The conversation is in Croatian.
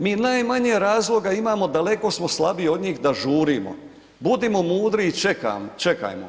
Mi najmanje razloga imamo, daleko smo slabiji od njih da žurimo, budimo mudri i čekajmo.